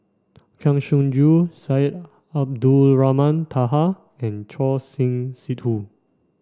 Kang Siong Joo Syed Abdulrahman Taha and Choor Singh Sidhu